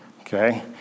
Okay